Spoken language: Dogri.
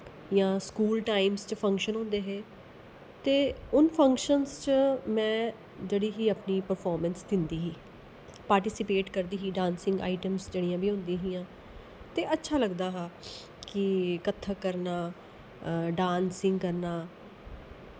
जियां स्कूल टाइम्स च फंक्शन होंदे हे ते उन फंक्शनस च मै जेह्ड़ी ही अपनी प्रफांमैंस दिंदी ही पार्टीस्पेट करदी ही डांसिंग आईटम्स जेह्ड़ियां बी होंदियां हां ते अच्छा लगदा हा कि कथक करना डांसिंग करना